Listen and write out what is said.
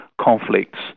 conflicts